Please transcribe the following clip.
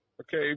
Okay